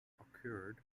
occurred